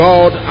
God